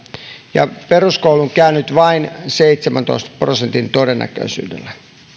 ja peruskoulun käynyt vain seitsemäntoista prosentin todennäköisyydellä